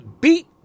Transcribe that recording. beat